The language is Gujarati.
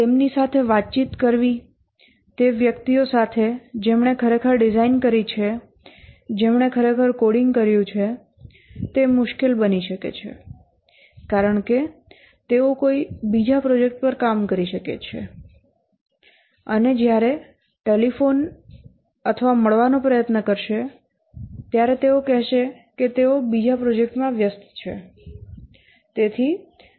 તેમની સાથે વાતચીત કરવી તે વ્યક્તિઓ સાથે જેમણે ખરેખર ડિઝાઇન કરી છે જેમણે ખરેખર કોડિંગ કર્યું છે તે મુશ્કેલ બની શકે છે કારણ કે તેઓ કોઈ બીજા પ્રોજેક્ટ પર કામ કરી શકે છે અને જ્યારે ટેલિફોન અથવા મળવાનો પ્રયત્ન કરશે ત્યારે તેઓ કહેશે કે તેઓ બીજા પ્રોજેક્ટમાં વ્યસ્ત છે